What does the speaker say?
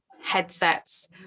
headsets